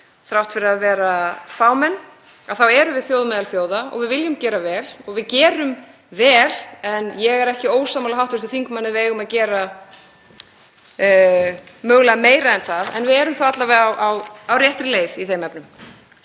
Þrátt fyrir að vera fámenn erum við þjóð meðal þjóða og við viljum gera vel og við gerum vel. En ég er ekki ósammála hv. þingmanni um að við eigum mögulega að gera meira en það. En við erum þó alla vega á réttri leið í þeim efnum.